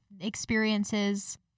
experiences